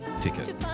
ticket